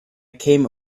came